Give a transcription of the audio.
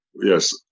Yes